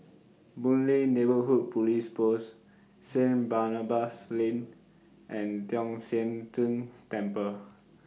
Boon Lay Neighbourhood Police Post Saint Barnabas Lane and Tong Sian Tng Temple